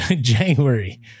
January